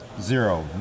zero